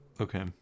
Okay